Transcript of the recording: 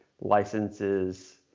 licenses